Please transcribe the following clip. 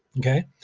okay?